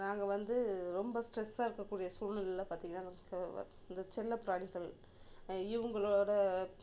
நாங்கள் வந்து ரொம்ப ஸ்ட்ரெஸ்ஸாக இருக்கக்கூடிய சூல்நிலையில் பார்த்திங்கன்னா இந்த செல்லப்பிராணிகள் இவங்களோட